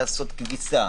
לעשות כביסה,